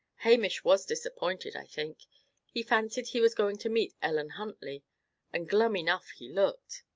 hamish was disappointed, i think he fancied he was going to meet ellen huntley and glum enough he looked